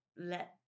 let